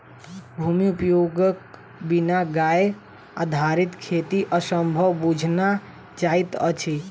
भूमि उपयोगक बिना गाछ आधारित खेती असंभव बुझना जाइत अछि